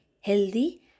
healthy